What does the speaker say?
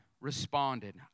responded